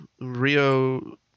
Rio